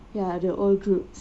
ya the old groups